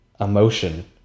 emotion